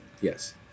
yes